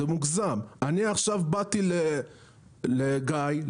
אני עכשיו באתי לגיא,